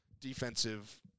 Defensive